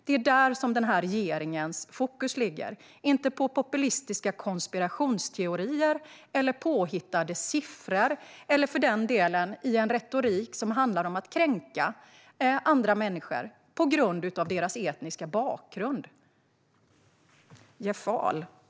Det är där regeringens fokus ligger, inte på populistiska konspirationsteorier eller påhittade siffror eller för den delen i en retorik som handlar om att kränka andra människor på grund av deras etniska bakgrund. Jeff Ahl!